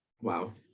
Wow